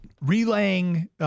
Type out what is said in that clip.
relaying